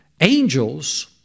angels